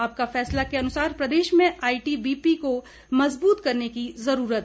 आपका फैसला के अनुसार प्रदेश में आईटीबीपी को मजबूत करने की जरूरत